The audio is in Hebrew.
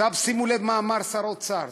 שימו לב מה אמר שר האוצר.